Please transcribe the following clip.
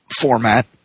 format